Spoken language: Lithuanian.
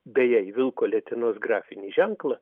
beje į vilko letenos grafinį ženklą